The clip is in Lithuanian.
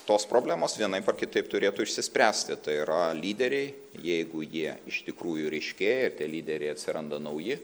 tos problemos vienaip ar kitaip turėtų išsispręsti tai yra lyderiai jeigu jie iš tikrųjų ryškėja ir lyderiai atsiranda nauji